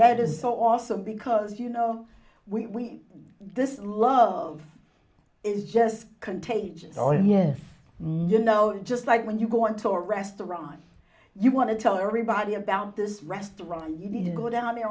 that is so awesome because you know we this love is just contagious oh yes you know just like when you go into a restaurant you want to tell a ribeye about this restaurant you need to go down there